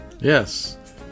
yes